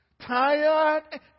Tired